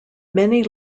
many